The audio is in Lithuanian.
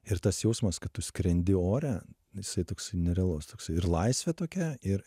ir tas jausmas kad tu skrendi ore jisai toks nerealus toks ir laisvė tokia ir